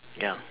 ya